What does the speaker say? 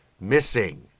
missing